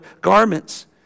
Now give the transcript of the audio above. garments